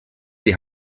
die